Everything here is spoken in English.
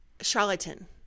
charlatan